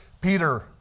Peter